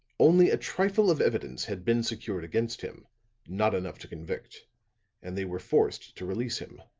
only a trifle of evidence had been secured against him not enough to convict and they were forced to release him.